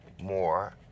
more